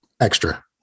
extra